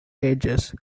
ages